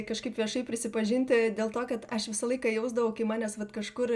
kažkaip viešai prisipažinti dėl to kad aš visą laiką jausdavau kai manęs vat kažkur